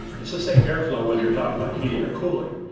it's the same air flow whether you're talking about heating or cooling.